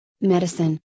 medicine